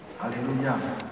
Hallelujah